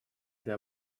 для